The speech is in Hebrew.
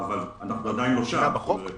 אבל אנחנו עדיין לא שם.